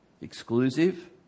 exclusive